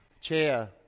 chair